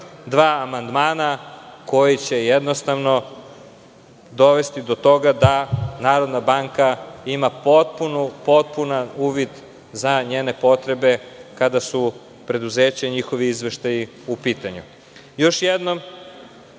dva amandmana, koji će jednostavno dovesti do toga da Narodna banka ima potpun uvid za njene potrebe, kada su preduzeća i njihovi izveštaji u pitanju. Još jednom,